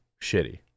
shitty